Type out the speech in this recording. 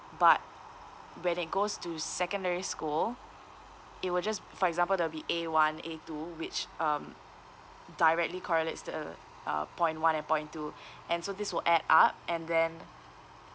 but when it goes to secondary school it will just for example there will be A one A two which um directly correlates to uh point one and point two and so this will add up and then